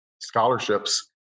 scholarships